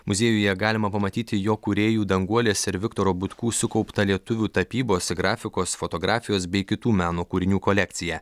muziejuje galima pamatyti jo kūrėjų danguolės ir viktoro butkų sukaupta lietuvių tapybos grafikos fotografijos bei kitų meno kūrinių kolekciją